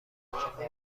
نامه